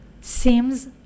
seems